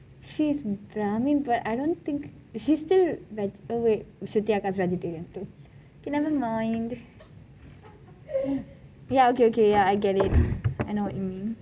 she is brahmin but I don't think she is still vegetarian so wait shruthi akka is vegetarian too ok never mind ya ok ok I get it I know what you mean